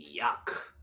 Yuck